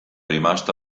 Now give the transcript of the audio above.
rimasta